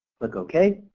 click okay.